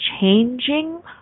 changing